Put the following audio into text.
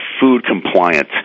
food-compliant